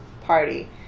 party